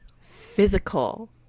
physical